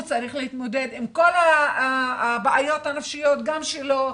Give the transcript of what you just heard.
הוא צריך להתמודד עם כל הבעיות הנפשיות גם שלו,